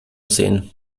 sehen